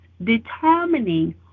Determining